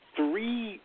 three